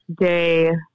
day